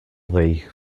thee